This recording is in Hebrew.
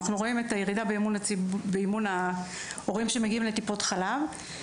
אנחנו רואים את הירידה באמון ההורים שמגיעים לטיפות החלב.